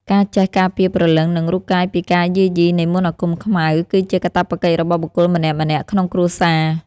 ការចេះការពារព្រលឹងនិងរូបកាយពីការយាយីនៃមន្តអាគមខ្មៅគឺជាកាតព្វកិច្ចរបស់បុគ្គលម្នាក់ៗក្នុងគ្រួសារ។